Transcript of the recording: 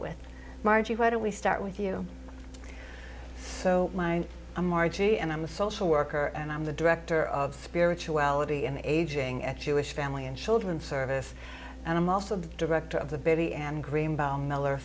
with margie why don't we start with you so my margie and i'm a social worker and i'm the director of spirituality and aging at jewish family and children's service and i'm also the director of the